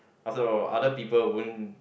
after all other people won't